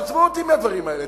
עזבו אותי מהדברים האלה.